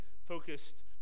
focused